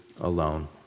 alone